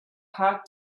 her